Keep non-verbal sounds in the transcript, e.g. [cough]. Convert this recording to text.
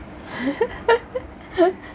[laughs]